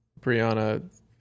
Brianna